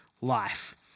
life